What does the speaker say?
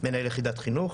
מנהל יחידת חינוך.